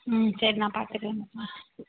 ம் சரி நான் பார்த்துக்குறேன் ஆ சரி